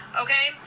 okay